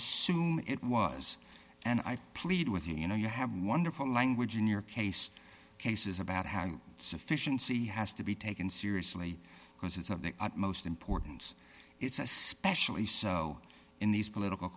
assume it was and i plead with you you know you have wonderful language in your case cases about how you sufficiency has to be taken seriously because it's of the utmost importance it's especially so in these political